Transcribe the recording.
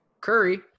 Curry